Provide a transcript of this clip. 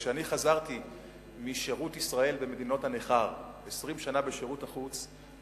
כשאני חזרתי משירות ישראל במדינות הנכר 20 שנה בשירות החוץ,